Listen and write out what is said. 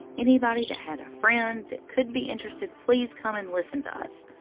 anybody that had a friend that could be interested, please come and listen to us.